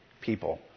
people